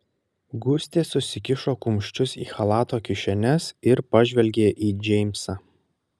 gustė susikišo kumščius į chalato kišenes ir pažvelgė į džeimsą